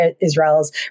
Israel's